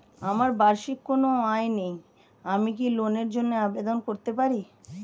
আমার বার্ষিক কোন আয় নেই আমি কি লোনের জন্য আবেদন করতে পারি?